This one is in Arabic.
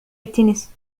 التنس